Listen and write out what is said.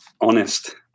honest